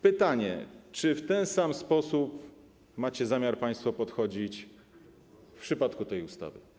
Pytanie: Czy w ten sam sposób macie zamiar państwo podchodzić do tego w przypadku tej ustawy?